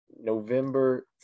November